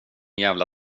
jävla